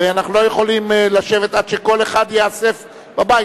הרי אנחנו לא יכולים לשבת עד שכל אחד ייאסף בבית.